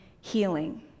healing